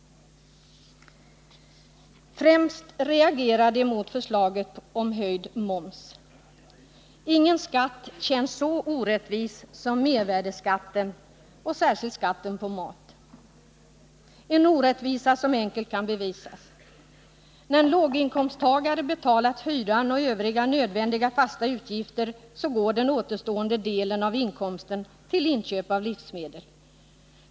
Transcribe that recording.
Främst reagerar de mot förslaget om höjd moms. Ingen skatt känns så orättvis som mervärdeskatten, särskilt mervärdeskatten på mat. Orättvisan kan enkelt bevisas. När en låginkomsttagare betalat hyran och övriga nödvändiga fasta utgifter, går den återstående delen av inkomsten till inköp av livsmedel.